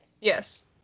Yes